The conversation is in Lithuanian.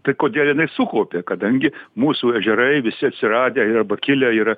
tai kodėl jinai sukaupė kadangi mūsų ežerai visi atsiradę yra pakilę yra